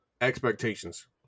expectations